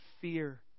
fear